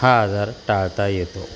हा आजार टाळता येतो